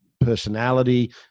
personality